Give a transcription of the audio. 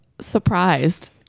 surprised